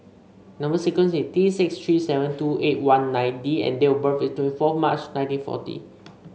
number sequence is T six three seven two eight one nine D and date of birth is twenty four March nineteen forty